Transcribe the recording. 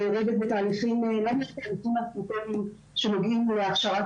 מעורבת בתהליכים --- שנוגעים להכשרת